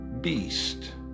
beast